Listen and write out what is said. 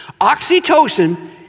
oxytocin